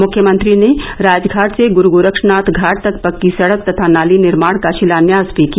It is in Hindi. मुख्यमंत्री ने राजघाट से गुरू गोरक्षनाथ घाट तक पक्की सडक तथा नाली निर्माण का शिलान्यास भी किया